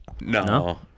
No